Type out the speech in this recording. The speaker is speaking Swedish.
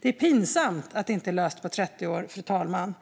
Det är pinsamt att detta inte har blivit löst på 30 år, fru talman.